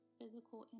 physical